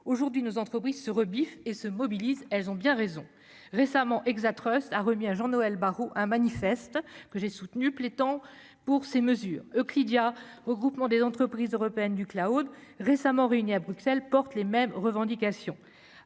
aujourd'hui nos entreprises se rebiffe et se mobilisent, elles ont bien raison, récemment, Hexatrust a remis à Jean-Noël Barrot un manifeste que j'ai soutenu plaît tant pour ces mesures cria au groupement des entreprises européennes du Cloud récemment réunis à Bruxelles, porte les mêmes revendications,